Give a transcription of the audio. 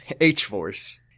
H-Force